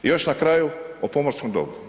I još na kraju o pomorskom dobru.